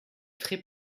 très